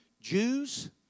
Jews